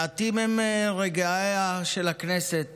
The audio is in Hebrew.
מעטים רגעיה של הכנסת